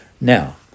Now